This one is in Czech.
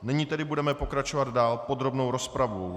Nyní tedy budeme pokračovat dál podrobnou rozpravou.